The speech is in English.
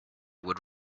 would